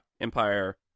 Empire